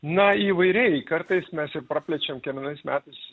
na įvairiai kartais mes ir praplečiam kiekvienais metais